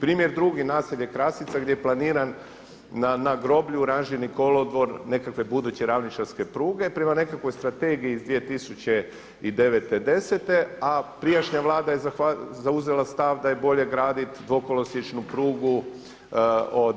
Primjer drugi naselje Krasica gdje je planiran na groblju ranžirni kolodvor nekakve buduće ravničarske pruge prema nekakvoj strategiji iz 2009., 2010., a prijašnja vlada je zauzela stav da je bolje graditi dvokolosječnu prugu od